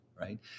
right